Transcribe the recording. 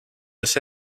ese